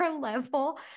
level